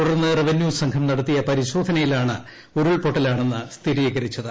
തുടർന്ന് റവന്യൂ സംഘം നടത്തിയ പരിശോധനയിലാണ് ഉരുൾപൊട്ടലാണെന്ന് സ്ഥിരീകരിച്ചത്